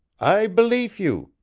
i beleef you,